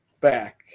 back